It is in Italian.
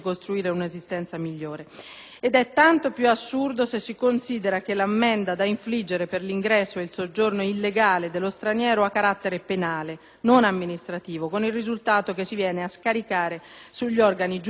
ed è tanto più assurdo se si considera che l'ammenda da infliggere per l'ingresso e il soggiorno illegale dello straniero ha carattere penale, non amministrativo, con il risultato che si viene a scaricare sugli organi giudiziari una valanga di processi